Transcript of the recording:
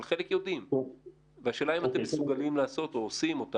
אבל על חלק יודעים והשאלה אם אתם מסוגלים לעשות או עושים או תעשו.